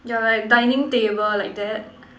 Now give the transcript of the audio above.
yeah like dining table like that